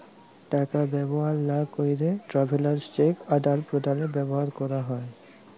টাকা ব্যবহার লা ক্যেরে ট্রাভেলার্স চেক আদাল প্রদালে ব্যবহার ক্যেরে হ্যয়